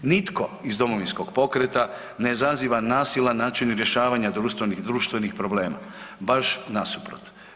Nitko iz Domovinskog pokreta ne zaziva nasilan način rješavanja društvenih problema, baš nasuprot.